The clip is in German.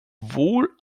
wohl